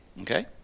Okay